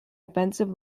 offensive